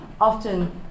often